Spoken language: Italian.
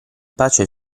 pace